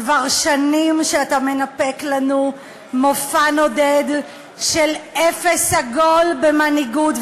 כבר שנים אתה מנפק לנו מופע נודד של אפס עגול במנהיגות,